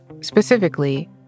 specifically